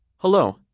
Hello